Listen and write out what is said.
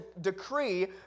decree